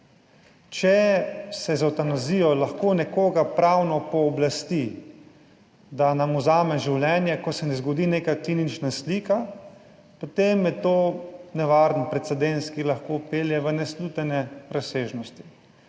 Če se z evtanazijo lahko nekoga pravno pooblasti, da nam vzame življenje, ko se ne zgodi neka klinična slika, potem je to nevaren precedens, ki lahko pelje v neslutene razsežnosti.